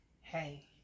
Hey